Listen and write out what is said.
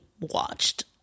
watched